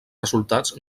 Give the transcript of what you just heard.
resultats